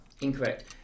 Incorrect